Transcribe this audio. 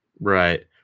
Right